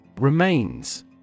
Remains